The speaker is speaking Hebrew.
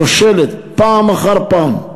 כושלת פעם אחר פעם,